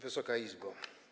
Wysoka Izbo!